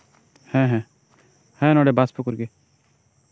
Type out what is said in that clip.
ᱦᱮᱸ ᱦᱮᱸ ᱱᱚᱰᱮ ᱵᱟᱥ ᱯᱩᱠᱷᱩᱨ ᱜᱮ